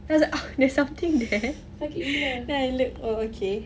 then I was like there's something there then I look oh okay